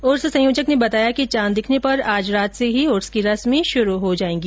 उर्स संयोजक ने बताया कि चांद दिखने पर आज रात से ही उर्स की रस्मे शुरू हो जायेंगी